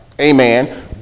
amen